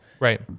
Right